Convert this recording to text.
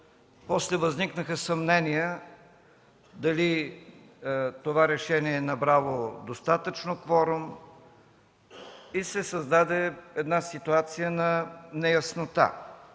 после възникнаха съмнения дали това решение е набрало достатъчно кворум и се създаде ситуация на неяснота.